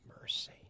mercy